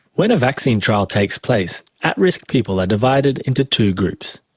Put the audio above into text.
when a vaccine trial takes place, at-risk people are divided into two groups.